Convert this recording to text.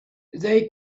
they